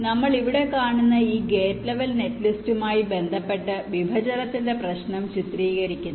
നമ്മൾ ഇവിടെ കാണുന്ന ഈ ഗേറ്റ് ലെവൽ നെറ്റ്ലിസ്റ്റുമായി ബന്ധപ്പെട്ട് വിഭജനത്തിന്റെ പ്രശ്നം ചിത്രീകരിക്കുന്നു